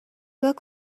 look